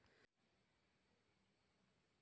ಕರಿ ಮಣ್ಣಾಗ ಗೋಧಿ ಬೆಳಿ ಇಂದ ಎಷ್ಟ ಲಾಭ ಆಗಬಹುದ?